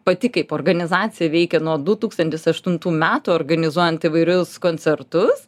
pati kaip organizacija veikia nuo du tūkstantis aštuntų metų organizuojant įvairius koncertus